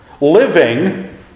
Living